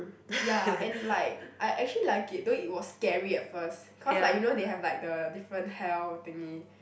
ya and like I actually like it though it was scary at first cause like you know they have like the different hell thingy